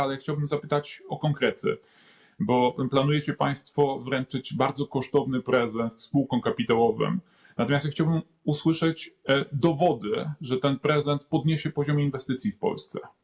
Ale chciałbym zapytać o konkrety, bo planujecie państwo wręczyć bardzo kosztowny prezent spółkom kapitałowym, natomiast ja chciałbym usłyszeć, jakie są dowody, że ten prezent podniesie poziom inwestycji w Polsce.